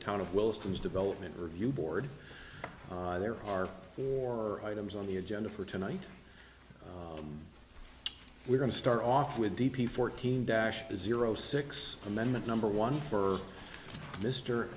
town of wilson's development review board there are four items on the agenda for tonight we're going to start off with d p fourteen dash zero six amendment number one for mr